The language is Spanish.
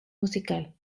musical